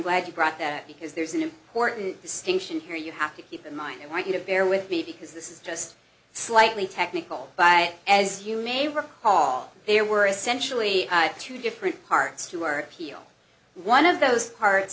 glad you brought that up because there's an important distinction here you have to keep in mind i want you to bear with me because this is just slightly technical but as you may recall there were essentially two different parts to work here one of those parts